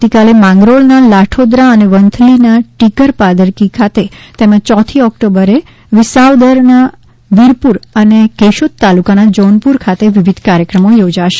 આવતીકાલે માંગરોળના લાઠોદ્રા અને વંથલીના ટીકર પાદરકી ખાતે તેમજ ચોથી ઓક્ટોબરે વિસાવદરના વિરપુર અને કેશોદ તાલુકાના જોનપુર ખાતે વિવિધ કાર્યક્રમો યોજાશે